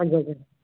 हजुर हजुर